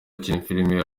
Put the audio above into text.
filime